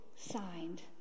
Signed